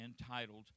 entitled